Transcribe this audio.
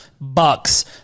Bucks